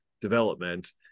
development